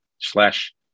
slash